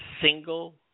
single